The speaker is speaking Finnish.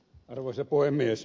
arvoisa puhemies